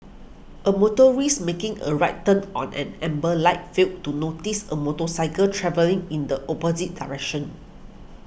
a motorist making a right turn on an amber light failed to notice a motorcycle travelling in the opposite direction